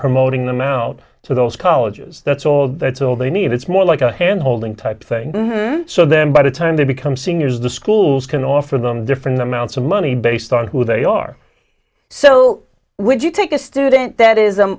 promoting them out to those colleges that's all that's all they need it's more like a hand holding type thing so then by the time they become seniors the schools can offer them different amounts of money based on who they are so when you take a student that is